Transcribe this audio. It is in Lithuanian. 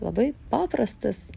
labai paprastas